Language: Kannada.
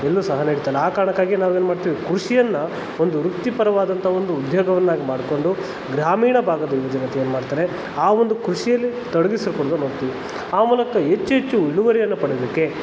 ಎಲ್ಲೂ ಸಹ ನಡಿತಾ ಇಲ್ಲ ಆ ಕಾರಣಕ್ಕಾಗಿ ನಾವು ಏನು ಮಾಡ್ತೀವಿ ಕೃಷಿಯನ್ನು ಒಂದು ವೃತ್ತಿಪರವಾದಂಥ ಒಂದು ಉದ್ಯೋಗವನ್ನಾಗಿ ಮಾಡಿಕೊಂಡು ಗ್ರಾಮೀಣ ಭಾಗದ ಯುವಜನತೆ ಏನು ಮಾಡ್ತಾರೆ ಆ ಒಂದು ಕೃಷಿಯಲ್ಲಿ ತೊಡಗಿಸಿಕೊಳ್ಳೋದನ್ನು ನೋಡ್ತೀವಿ ಆ ಮೂಲಕ ಹೆಚ್ಚು ಹೆಚ್ಚು ಇಳುವರಿಯನ್ನು ಪಡೆಯೋದಕ್ಕೆ